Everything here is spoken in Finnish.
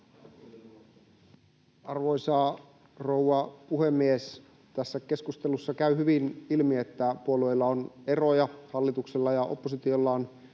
Arvoisa rouva puhemies! Tässä keskustelussa käy hyvin ilmi, että puolueilla on eroja. Hallituksella ja oppositiolla